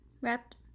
wrapped